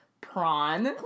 prawn